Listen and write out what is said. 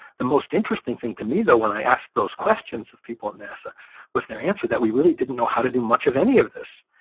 the most interesting thing to me, though, when i asked those questions of people at nasa was their answer that, we really didn't know how to do much of any of this.